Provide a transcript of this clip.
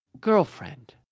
girlfriend